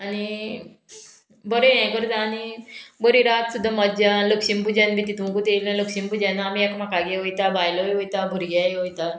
आनी बरें हें करता आनी बरी रात सुद्दां मज्जा लक्ष्मी पुज्यान बी तितुंकूत येयल्या लक्ष्मी पुजना आमी एकामेकागे वयता बायलोय वयता भुरग्यांय वयता